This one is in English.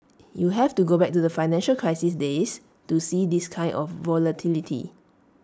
you have to go back to the financial crisis days to see this kind of volatility